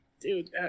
dude